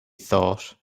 thought